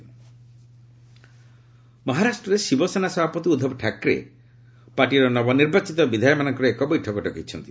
ମହା ଗଭ୍ ମହାରାଷ୍ଟରେ ଶିବସେନା ସଭାପତି ଉଦ୍ଧବ ଠାକ୍ରେ ପାର୍ଟିର ନବନିର୍ବାଚିତ ବିଧାୟକମାନଙ୍କର ଏକ ବୈଠକ ଡକାଇଛନ୍ତି